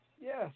Yes